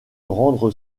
rendre